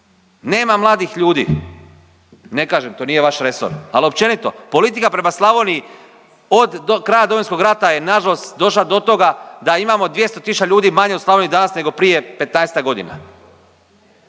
nema mladih ljudi. Ne kažem, to nije vaš resor, ali općenito, politika prema Slavoniji od kraja Domovinskog rata je nažalost došla do toga da imamo 200 tisuća ljudi manje u Slavoniji danas nego prije 15-ak godina.